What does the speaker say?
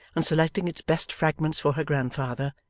and selecting its best fragments for her grandfather,